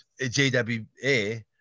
JWA